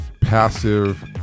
passive-